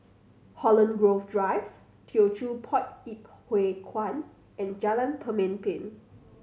Holland Grove Drive Teochew Poit Ip Huay Kuan and Jalan Pemimpin